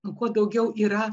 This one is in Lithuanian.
o kuo daugiau yra